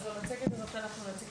אז במצגת הזו אני אציג